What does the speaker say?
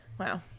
Wow